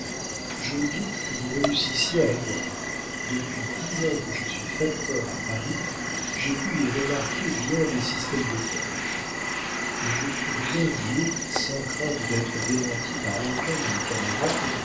je doute que vous réussissiez à la voir depuis dix ans que je suis facteur à paris j'ai pu y remarquer bien des systèmes de porte mais je puis bien dire sans crainte d'être démenti par aucun de mes camarades